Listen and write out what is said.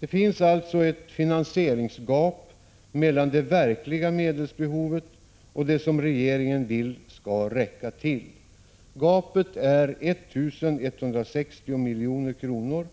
Det finns alltså ett finansieringsgap mellan det verkliga medelsbehovet och det anslag som regeringen anser skall räcka. Gapet är 1 160 milj.kr.!